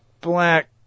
black